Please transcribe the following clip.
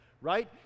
right